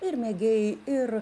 ir mėgėjai ir